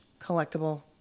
collectible